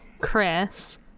Chris